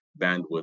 bandwidth